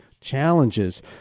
challenges